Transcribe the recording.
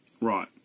Right